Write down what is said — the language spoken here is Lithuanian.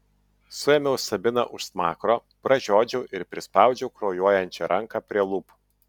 suėmiau sabiną už smakro pražiodžiau ir prispaudžiau kraujuojančią ranką prie lūpų